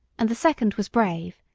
and the second was brave,